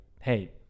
hey